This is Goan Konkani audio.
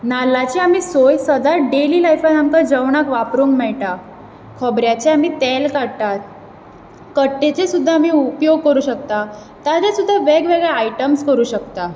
नाल्लाची आमी सोय सदा डेली लायफान आमका जेवणाक वापरूंक मेळटा खोबऱ्याचे आमी तेल काडटात कट्टेचे सुद्दां आमी उपयोग करू शकता ताजे सुद्दां वेगवेगळे आइटमस् करूंक शकता